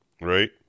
Right